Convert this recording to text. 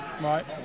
Right